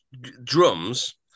drums